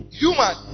human